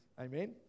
Amen